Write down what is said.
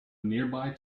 nearby